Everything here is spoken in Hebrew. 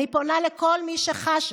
אני פונה לכל מי שחשה